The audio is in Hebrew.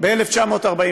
ובכלל זה בתי-הספר בפזורה,